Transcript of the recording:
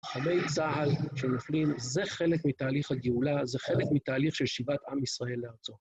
חיילי צהל שנופלים, זה חלק מתהליך הגאולה, זה חלק מתהליך של שיבת עם ישראל לארצו.